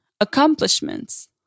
accomplishments